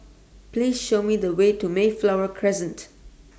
Please Show Me The Way to Mayflower Crescent